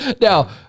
Now